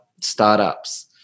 startups